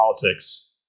politics